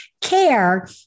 care